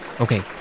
Okay